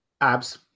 Abs